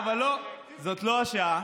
אמרתי, אולי זאת השעה,